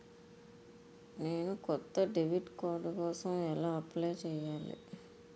నేను కొత్త debit card కోసం ఎలా అప్లయ్ చేయాలి?